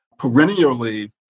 Perennially